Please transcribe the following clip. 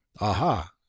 Aha